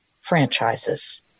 franchises